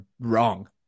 wrong